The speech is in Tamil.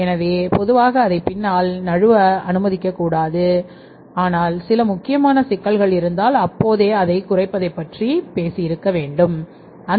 எனவே பொதுவாக அதை பின்னால் நழுவ அனுமதிக்கக்கூடாது ஆனால் சில முக்கியமான சிக்கல்கள் இருந்தால் அப்போதே இதை குறைப்பதை பற்றி யோசிக்க வேண்டியிருக்கும்